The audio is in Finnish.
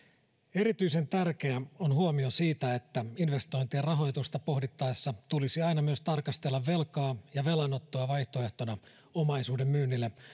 erityisen tärkeä on huomio siitä että investointia ja rahoitusta pohdittaessa tulisi aina myös tarkastella velkaa ja velan ottoa vaihtoehtona omaisuuden myynnille